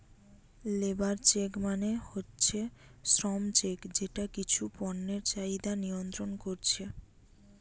labour check মানে হচ্ছে শ্রম চেক যেটা কিছু পণ্যের চাহিদা নিয়ন্ত্রণ কোরছে